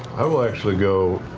i'll actually go